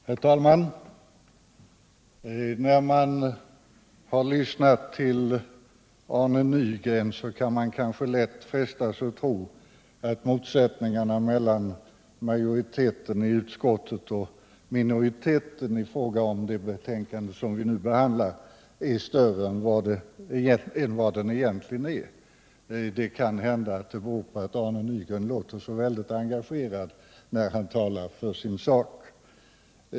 Herr talman! När man lyssnar till Arne Nygren, frestas man kanske lätt att tro att motsättningarna mellan majoriteten och minoriteten i utskottet i fråga om det betänkande som vi nu behandlar är större än de egentligen är. Det beror kanhända på att Arne Nygren låter så väldigt engagerad, när han talar för sin sak.